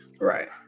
Right